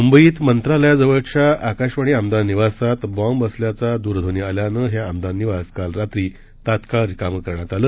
मुंबईत मंत्रालयाजवळच्या आकाशवाणी आमदार निवासात बॉम्ब असल्याचा दूरध्वनी आल्यानं हे आमदार निवास काल रात्री तात्काळ रिकामं करण्यात आलं